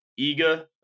Iga